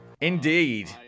Indeed